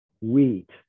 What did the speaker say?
wheat